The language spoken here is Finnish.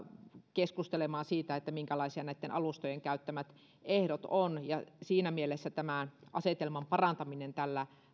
keskustelemaan siitä minkälaisia näitten alustojen käyttämät ehdot ovat ja siinä mielessä tämän asetelman parantaminen tällä